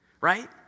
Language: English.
Right